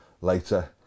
later